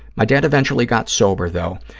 my dad eventually got sober, though,